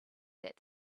that